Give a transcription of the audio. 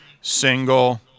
single